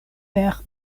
per